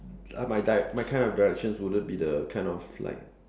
uh my di~ my kind of directions wouldn't be the kind of like